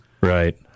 Right